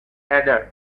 heather